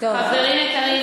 חברים יקרים,